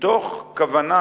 מתוך כוונה